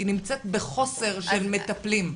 של מטפלים.